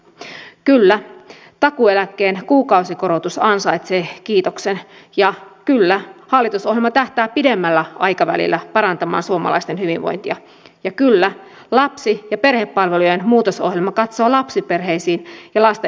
kyllä takuueläkkeen kuukausikorotus ansaitsee kiitoksen ja kyllä hallitusohjelma tähtää pidemmällä aikavälillä parantamaan suomalaisten hyvinvointia ja kyllä lapsi ja perhepalvelujen muutosohjelma katsoo lapsiperheisiin ja lasten hyvinvointiin